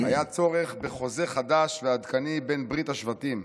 היה צורך בחוזה חדש ועדכני בין ברית השבטים.